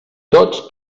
tots